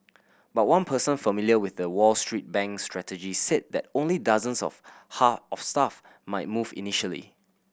but one person familiar with the Wall Street bank's strategy said that only dozens of of staff might move initially